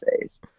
face